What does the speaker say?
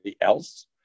else